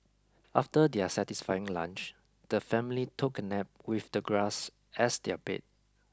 after their satisfying lunch the family took a nap with the grass as their bed